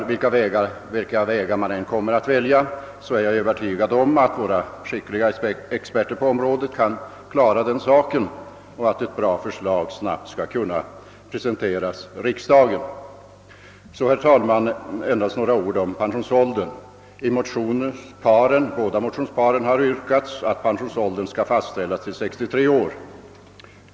Vilka vägar man än kommer att välja, är jag övertygad om att våra skickliga experter på området kan klara den saken samt att ett bra förslag snabbt skall kunna presenteras riksdagen. Och så, herr talman, endast några ord om pensionsåldern! I båda motionsparen har yrkats att pensionsåldern skall fastställas till 63 år.